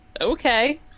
Okay